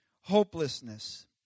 Hopelessness